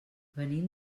venim